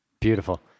beautiful